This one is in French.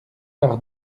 par